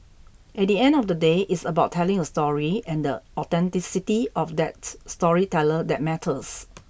at the end of the day it's about telling a story and the authenticity of that storyteller that matters